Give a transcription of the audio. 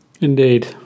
Indeed